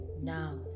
now